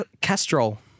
castrol